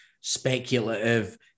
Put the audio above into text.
speculative